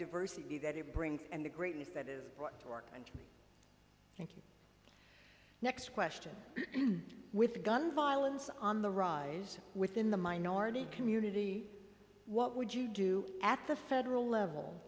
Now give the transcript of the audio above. diversity that it brings and the greatness that is brought to our country next question with gun violence on the rise within the minority community what would you do at the federal level